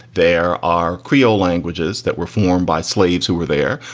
there are creole languages that were formed by slaves who were there,